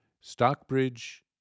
Stockbridge